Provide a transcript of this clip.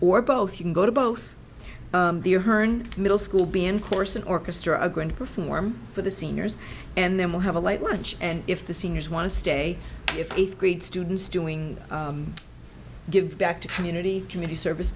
or both you can go to both the herne middle school be in course an orchestra are going to perform for the seniors and then we'll have a light lunch and if the seniors want to stay if eighth grade students doing give back to community community service